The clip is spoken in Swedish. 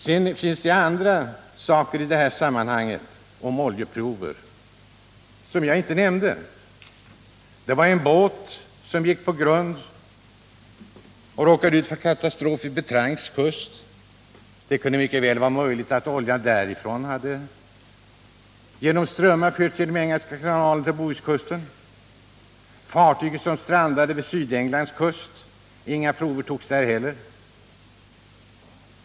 Det finns andra saker i det här sammanhanget om oljeprover och annat som jag inte nämnde. Det var en båt som gick på grund och råkade ut för katastrof vid Bretagnes kust. Det kunde mycket väl vara så att oljan därifrån genom strömmar förts genom Engelska kanalen till Bohuskusten. För det fartyg som strandade vid Sydenglands kust togs inte heller några prov.